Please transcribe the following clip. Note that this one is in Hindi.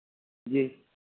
जी